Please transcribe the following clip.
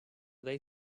they